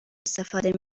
استفاده